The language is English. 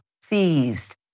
seized